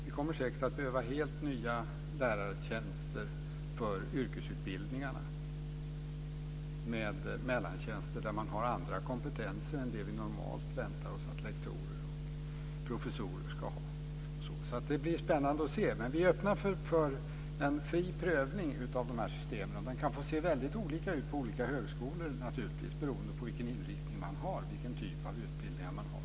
Vi kommer säkert att behöva helt nya lärartjänster för yrkesutbildningarna med mellantjänster där man har andra kompetenser än det vi normalt väntar oss att lektorer och professorer ska ha. Det blir spännande att se. Vi är öppna för en fri prövning av de här systemen. De kan få se väldigt olika ut på olika högskolor beroende på vilken inriktning man har och vilken typ av utbildningar man har.